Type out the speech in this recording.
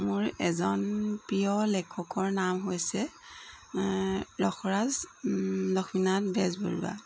মোৰ এজন প্ৰিয় লেখকৰ নাম হৈছে ৰসৰাজ লক্ষ্মীনাথ বেজবৰুৱা